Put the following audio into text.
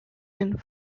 and